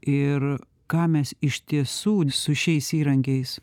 ir ką mes iš tiesų su šiais įrankiais